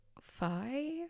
five